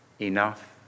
enough